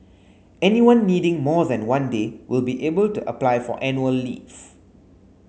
anyone needing more than one day will be able to apply for annual leave